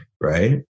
right